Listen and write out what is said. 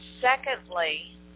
secondly